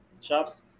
shops